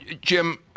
Jim